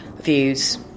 views